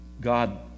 God